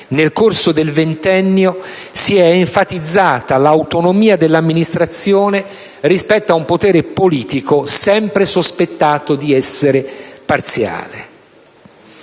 nel corso del ventennio, si è enfatizzata l'autonomia dell'amministrazione rispetto a un potere politico sempre sospettato di essere parziale.